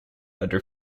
under